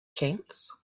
chance